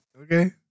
Okay